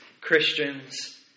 Christians